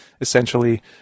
essentially